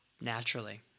naturally